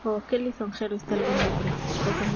oh qué lisonjero está el buen hombre dijo